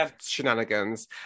shenanigans